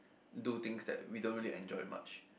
do things that we don't really enjoy much